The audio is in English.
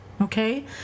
okay